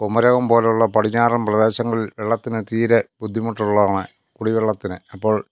കുമരകം പോലുള്ള പടിഞ്ഞാറൻ പ്രദേശങ്ങളിൽ വെള്ളത്തിന് തീരെ ബുദ്ധിമുട്ടുള്ളതാണ് കുടിവെള്ളത്തിന് അപ്പോൾ